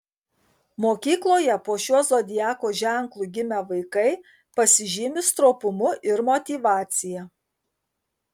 mokykloje po šiuo zodiako ženklu gimę vaikai pasižymi stropumu ir motyvacija